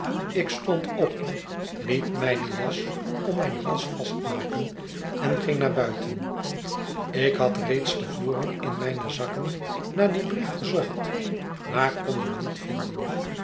ik stond op liet mijne j as om mijn hals vastmaken en ging naar buiten ik had reeds te voren in mijne zakken naar dien brief gezocht maar kon hem niet vinden